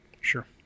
Sure